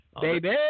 Baby